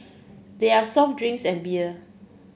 there are soft drinks and beer